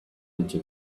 into